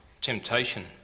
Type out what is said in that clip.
temptation